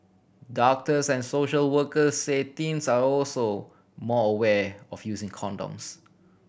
doctors and social workers say teens are also more aware of using condoms